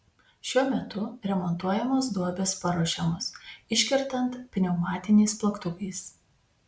šiuo metu remontuojamos duobės paruošiamos iškertant pneumatiniais plaktukais